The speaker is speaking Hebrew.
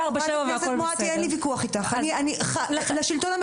לאי יכולת לפתוח את שנת הלימודים היא לא אמירה פופוליסטית,